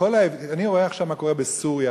אני רואה עכשיו מה קורה בסוריה,